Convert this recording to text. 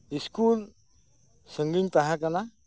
school ᱥᱟᱸᱜᱤᱧ ᱛᱟᱦᱮᱸ ᱠᱟᱱᱟ